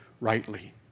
rightly